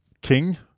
king